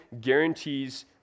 guarantees